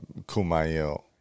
Kumail